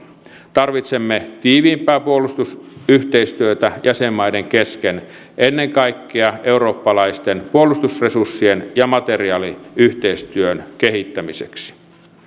tarvitsemme tiiviimpää puolustusyhteistyötä jäsenmaiden kesken ennen kaikkea eurooppalaisten puolustusresurssien ja materiaaliyhteistyön kehittämiseksi